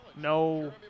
no